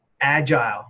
agile